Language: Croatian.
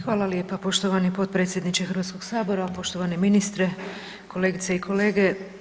Hvala lijepa, poštovani potpredsjedniče Hrvatskog sabora, poštovani ministre, kolegice i kolege.